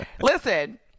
Listen